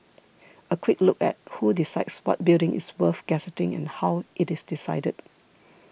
a quick look at who decides what building is worth gazetting and how it is decided